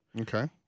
Okay